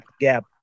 gap